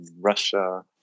Russia